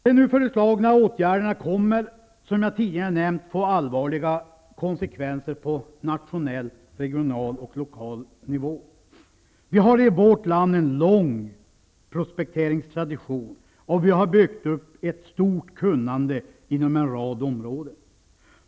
De nu föreslagna åtgärderna kommer, som jag tidigare nämnt, att få allvarliga konsekvenser på nationell, regional och lokal nivå. Vi har i vårt land en lång prospekteringstradition, och vi har byggt upp ett stort kunnande inom en rad områden.